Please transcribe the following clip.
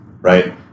right